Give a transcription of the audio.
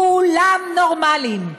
כולם נורמליים.